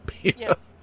Yes